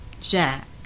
Jack